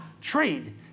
trade